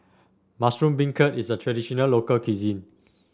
Mushroom Beancurd is a traditional local cuisine